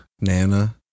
Nana